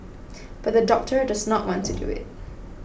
but the doctor does not want to do it